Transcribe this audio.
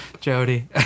Jody